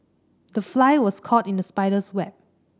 the fly was caught in the spider's web